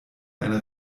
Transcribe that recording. eine